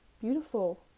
beautiful